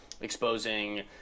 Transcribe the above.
exposing